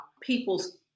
people's